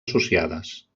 associades